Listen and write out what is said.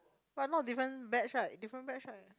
but not different batch right different batch right